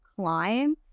climb